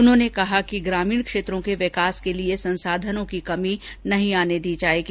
उन्होंने कहा कि ग्रामीण क्षेत्रों के विकास के लिए संसाधनों की कमी नहीं आने दी जायेगी